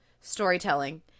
storytelling